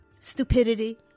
Stupidity